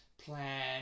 Plan